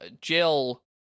Jill